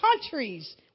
countries